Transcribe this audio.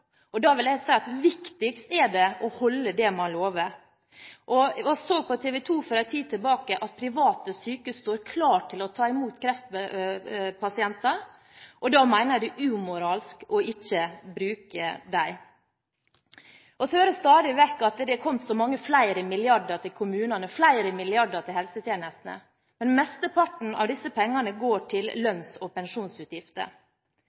Da vil jeg si at viktigst er det å holde det man lover. Vi så på TV 2 for en tid tilbake at private sykehus står klar til å ta imot kreftpasienter, og da mener jeg det er umoralsk ikke å bruke dem. Vi hører stadig vekk at det er kommet så mange flere milliarder til kommunene, flere milliarder til helsetjenestene, men mesteparten av disse pengene går til